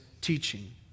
teaching